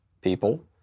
people